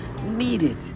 needed